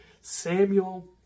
Samuel